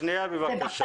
שנייה בבקשה.